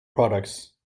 products